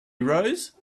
rose